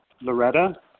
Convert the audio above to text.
Loretta